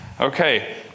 Okay